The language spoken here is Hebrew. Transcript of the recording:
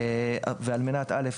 על מנת: א',